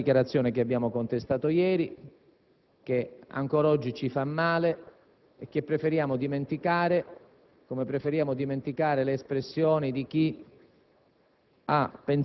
una dichiarazione che abbiamo contestato ieri, che ancora oggi ci fa male e che preferiamo dimenticare, come preferiamo dimenticare le espressioni di chi